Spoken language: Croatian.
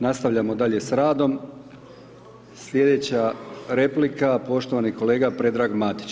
Nastavljamo dalje s radom, sljedeća replika, poštovani kolega Predrag Matić.